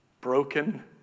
Broken